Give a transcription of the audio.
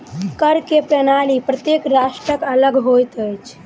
कर के प्रणाली प्रत्येक राष्ट्रक अलग होइत अछि